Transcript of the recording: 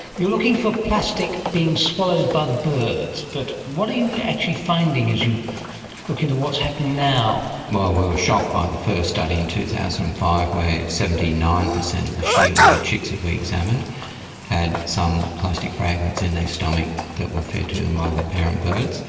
you're looking for plastic being swallowed by the birds, but what are you actually finding as you look into what's happening now? well, we were shocked by the first study in two thousand and five where seventy nine percent of the shearwater chicks that we examined had some plastic fragments in their stomach that were fed to them by the parent birds.